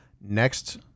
next